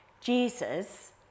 Jesus